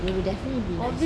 we will definitely be nicer